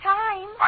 time